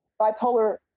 bipolar